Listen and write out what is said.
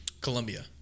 Colombia